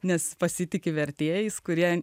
nes pasitiki vertėjais kurie